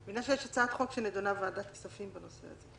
יש הצעת חוק שנדונה בוועדת הכספים בנושא הזה.